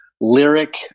lyric